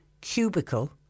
cubicle